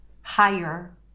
higher